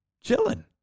chilling